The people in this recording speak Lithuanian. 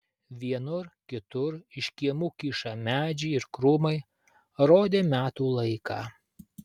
vienur kitur iš kiemų kyšą medžiai ir krūmai rodė metų laiką